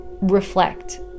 reflect